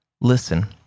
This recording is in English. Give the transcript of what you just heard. listen